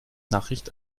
nachricht